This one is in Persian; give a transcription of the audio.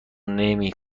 نمی